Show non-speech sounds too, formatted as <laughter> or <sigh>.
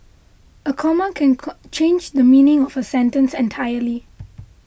a comma can <unintelligible> change the meaning of a sentence entirely